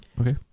Okay